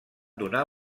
donar